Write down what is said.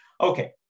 Okay